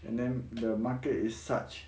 and then the market is such